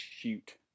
shoot